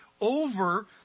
over